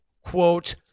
quote